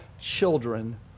children